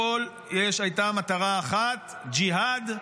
לכול הייתה מטרה אחת: ג'יהאד,